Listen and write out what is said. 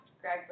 Greg